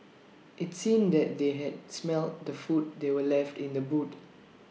IT seemed that they had smelt the food that were left in the boot